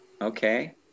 Okay